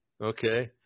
Okay